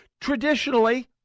traditionally